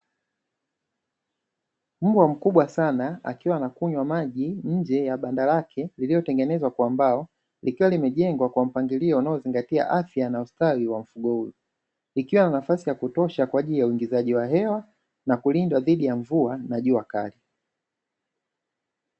Mbwa mkubwa sana akiwa anakunywa maji nje ya banda lake lililotengenezwa kwa mbao; ikiwa limejengwa kwa mpangilio unaozingatia afya na ustawi wa mfugo huyo; likiwa na nafasi kwaajili ya uingizaji wa hewa na kulindwa dhidi ya mvua na jua kali.